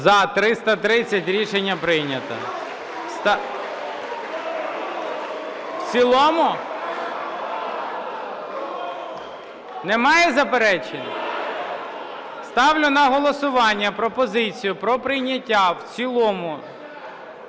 За-330 Рішення прийнято. (Шум у залі) В цілому? Немає заперечень? Ставлю на голосування пропозицію про прийняття в цілому…